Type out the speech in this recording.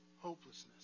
hopelessness